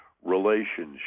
relationship